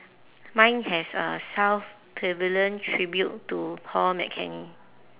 mine has uh south pavilion tribute to paul mccartney